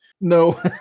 No